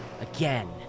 Again